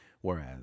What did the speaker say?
Whereas